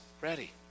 ready